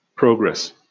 Progress